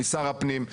משר הפנים,